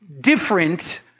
different